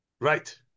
Right